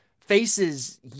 faces